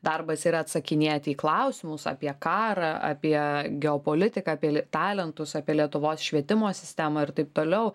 darbas yra atsakinėti į klausimus apie karą apie geopolitiką apie lie talentus apie lietuvos švietimo sistemą ir taip toliau